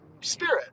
spirit